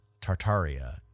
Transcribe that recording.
Tartaria